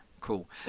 cool